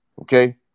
Okay